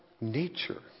nature